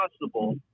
possible